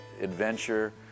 adventure